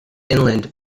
inland